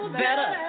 better